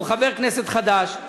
הוא חבר כנסת חדש.